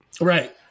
Right